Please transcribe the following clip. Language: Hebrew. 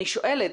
אני שואלת,